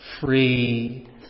free